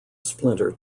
splinter